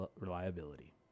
reliability